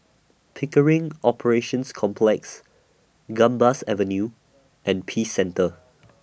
Pickering Operations Complex Gambas Avenue and Peace Centre